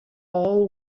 all